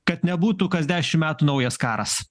kad nebūtų kas dešim metų naujas karas